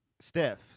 Steph